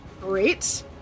great